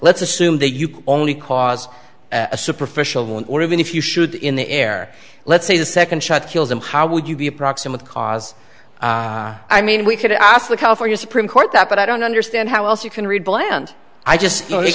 let's assume that you can only cause a superficial wound or even if you should in the air let's say the second shot kills him how would you be approximate cause i mean we could ask the california supreme court that but i don't understand how else you can read bland i just